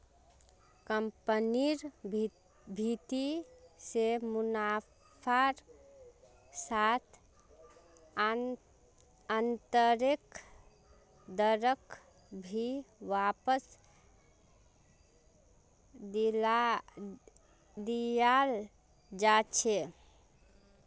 कम्पनिर भीति से मुनाफार साथ आन्तरैक दरक भी वापस दियाल जा छे